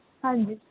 ਹਾਂਜੀ